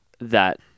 that-